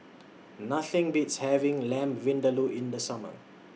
Nothing Beats having Lamb Vindaloo in The Summer